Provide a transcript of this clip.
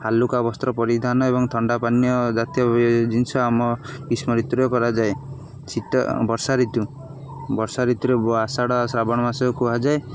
ହାଲୁକା ବସ୍ତ୍ର ପରିଧାନ ଏବଂ ଥଣ୍ଡା ପାନୀୟ ଜାତୀୟ ଜିନିଷ ଆମ ଗ୍ରୀଷ୍ମ ଋତୁରେ କରାଯାଏ ଶୀତ ବର୍ଷା ଋତୁ ବର୍ଷା ଋତୁରେ ଆଷାଢ଼ ଶ୍ରାବଣ ମାସ କୁହାଯାଏ